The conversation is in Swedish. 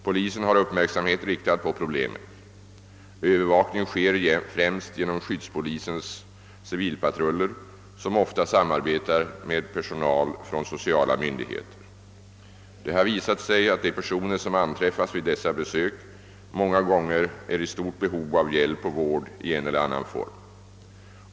Polisen har uppmärksamheten riktad på problemet. Övervakning sker främst genom skyddspolisens civilpatruller, som ofta samarbetar med personal från sociala myndigheter. Det har visat sig att de personer som anträffas vid dessa besök många gånger är i stort behov av hjälp och vård i en eller annan form.